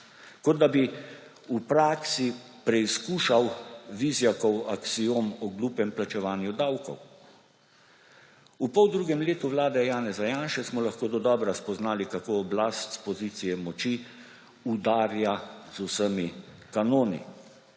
Kot da bi v praksi preizkušal Vizjakov aksiom o glupem plačevanju davkov. V poldrugem letu vlade Janeza Janše smo lahko dodobra spoznali, kako oblast s pozicije moči udarja z vsemi kanoni,